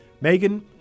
Megan